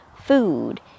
food